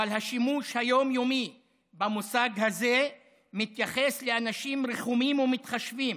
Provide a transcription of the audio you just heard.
השימוש היום-יומי במושג הזה מתייחס לאנשים רחומים ומתחשבים,